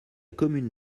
commune